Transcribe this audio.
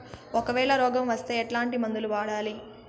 ఒకవేల రోగం వస్తే ఎట్లాంటి మందులు వాడాలి?